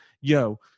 yo